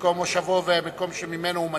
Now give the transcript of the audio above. למקום מושבו והמקום שממנו הוא מצביע.